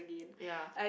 ya